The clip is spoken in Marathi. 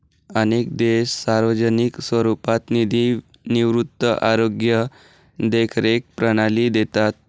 अनेक देश सार्वजनिक स्वरूपात निधी निवृत्ती, आरोग्य देखरेख प्रणाली देतात